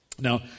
Now